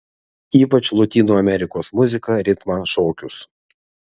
ypač lotynų amerikos muziką ritmą šokius